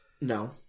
No